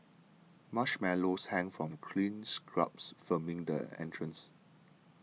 marshmallows hang from green shrubs framing the entrance